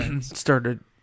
started